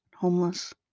homeless